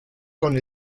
con